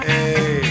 Hey